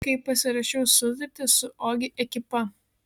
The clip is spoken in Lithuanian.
kai pasirašiau sutartį su ogi ekipa